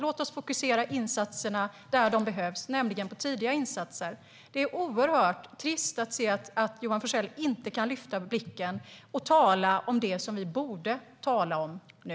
Låt oss fokusera insatserna där de behövs, nämligen tidigt. Det är oerhört trist att se att Johan Forssell inte kan lyfta blicken och tala om det som vi borde tala om nu.